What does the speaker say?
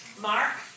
Mark